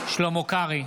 שלמה קרעי,